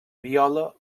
viola